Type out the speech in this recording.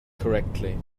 correctly